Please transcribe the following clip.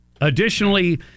Additionally